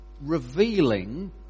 revealing